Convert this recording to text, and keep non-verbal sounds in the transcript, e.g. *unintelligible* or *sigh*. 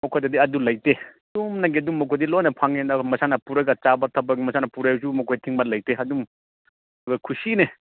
ꯃꯈꯣꯏꯗꯗꯤ ꯑꯗꯨ ꯂꯩꯇꯦ *unintelligible* ꯑꯗꯨꯒꯨꯝꯕꯗꯤ ꯂꯣꯏꯅ ꯐꯪꯉꯦꯗ ꯃꯁꯥꯅ ꯄꯨꯔꯥꯒ ꯆꯥꯕ ꯊꯛꯄ ꯃꯁꯥꯅ ꯄꯨꯔꯁꯨ ꯃꯈꯣꯏ ꯊꯤꯡꯕ ꯂꯩꯇꯦ ꯑꯗꯨꯝ ꯀꯨꯁꯤꯅꯦ